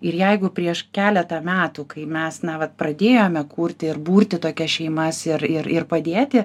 ir jeigu prieš keletą metų kai mes na vat pradėjome kurti ir burti tokias šeimas ir ir ir padėti